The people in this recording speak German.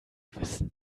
wissen